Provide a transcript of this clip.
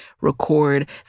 record